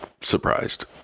surprised